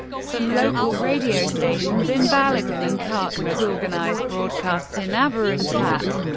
some local radio stations in balakan and khachmaz organize broadcasts in avar and tat.